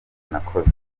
nakoze